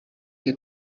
che